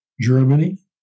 Germany